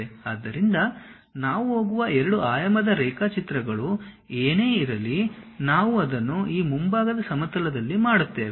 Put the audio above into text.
ಆದ್ದರಿಂದ ನಾವು ಹೋಗುವ 2 ಆಯಾಮದ ರೇಖಾಚಿತ್ರಗಳು ಏನೇ ಇರಲಿ ನಾವು ಅದನ್ನು ಈ ಮುಂಭಾಗದ ಸಮತಲದಲ್ಲಿ ಮಾಡುತ್ತೇವೆ